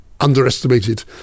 underestimated